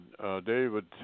David